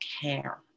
care